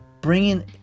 bringing